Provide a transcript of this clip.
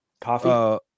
coffee